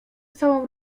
całą